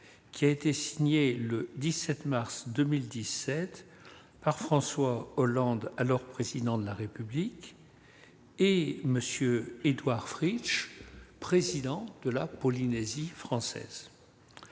qui a été signé le 17 mars 2017 par François Hollande, alors Président de la République, et Édouard Fritch, président de la Polynésie française.